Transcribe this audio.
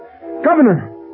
Governor